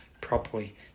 properly